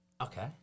Okay